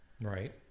Right